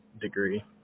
degree